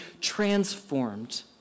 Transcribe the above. transformed